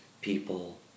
people